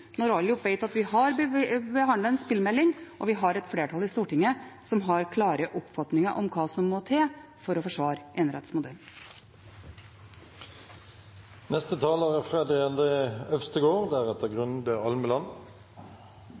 når alle vet at vi har behandlet en spillmelding og vi har et flertall i Stortinget som har klare oppfatninger av hva som må til for å forsvare enerettsmodellen. For de aller fleste er